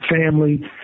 family